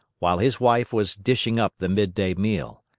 while his wife was dishing up the midday meal.